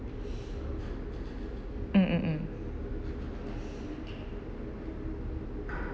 mm mm mm